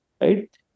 right